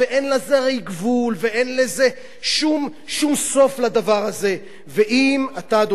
והרי אין לזה גבול ואין לדבר הזה שום סוף.